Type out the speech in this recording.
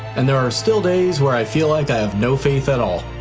and there are still days where i feel like i have no faith at all.